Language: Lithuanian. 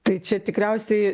tai čia tikriausiai